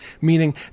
meaning